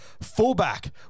fullback